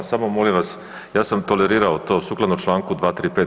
Samo molim vas, ja sam tolerirao to sukladno čl. 235.